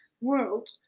world